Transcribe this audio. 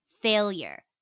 failure